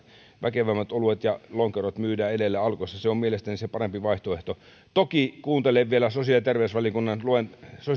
väkevämmät oluet ja lonkerot myydään edelleen alkossa on mielestäni se parempi vaihtoehto toki luen vielä sosiaali ja